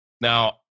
now